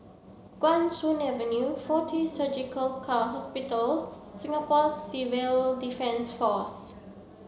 Guan Soon Avenue Fortis Surgical Hospital Singapore Civil Defence Force